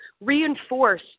reinforce